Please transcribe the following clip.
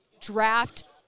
draft